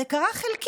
זה קרה חלקית,